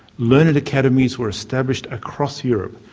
learned academies were established across europe,